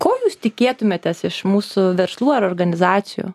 ko jūs tikėtumėtės iš mūsų verslų ar organizacijų